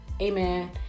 Amen